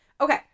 Okay